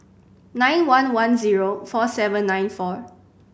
nine one one zero four seven nine four